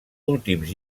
últims